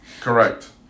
Correct